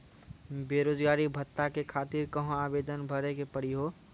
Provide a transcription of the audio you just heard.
बेरोजगारी भत्ता के खातिर कहां आवेदन भरे के पड़ी हो?